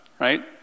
right